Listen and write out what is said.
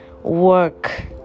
Work